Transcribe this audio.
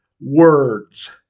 words